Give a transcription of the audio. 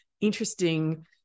interesting